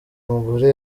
umugore